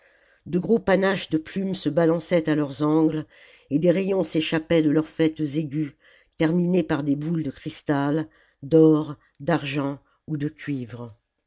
de gros panaches de plumes se balançaient à leurs angles et des rayons s'échappaient de leurs faîtes aigus terminés par des boules de cristal d'or d'argent ou de cuivre